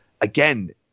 again